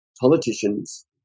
politicians